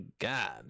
God